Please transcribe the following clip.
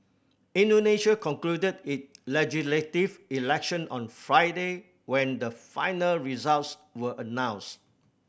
Indonesia concluded its legislative election on Friday when the final results were announced